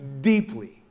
deeply